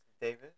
David